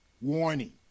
warning